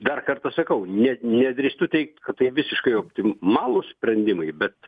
dar kartą sakau ne nė nedrįstu teigt kad tai visiškai optimalūs sprendimai bet